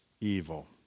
evil